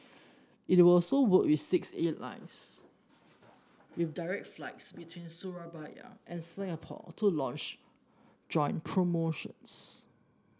it were so work with six airlines with direct flights between Surabaya and Singapore to launch joint promotions